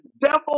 devil